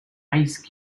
ice